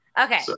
Okay